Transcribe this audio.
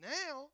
now